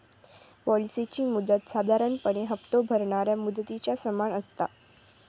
पॉलिसीची मुदत साधारणपणे हप्तो भरणाऱ्या मुदतीच्या समान असता